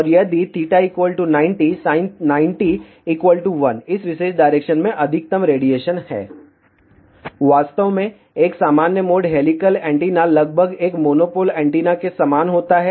और यदि θ 90 sin 90 1 इस विशेष डायरेक्शन में अधिकतम रेडिएशन है वास्तव में एक सामान्य मोड हेलिकल एंटीना लगभग एक मोनोपोल एंटीना के समान होता है